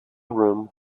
room